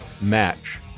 match